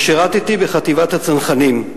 ושירתי בחטיבת הצנחנים.